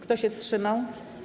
Kto się wstrzymał?